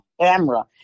camera